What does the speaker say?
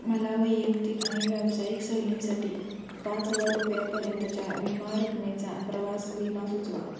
मला वैयक्तिक आणि व्यावसायिक सहलींसाठी पाच हजार रुपयापर्यंतच्या विमा रकमेचा प्रवास विमा सुचवा